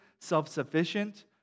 self-sufficient